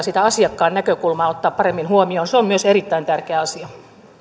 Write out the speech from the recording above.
sitä asiakkaan näkökulmaa ottaa paremmin huomioon se on myös erittäin tärkeä asia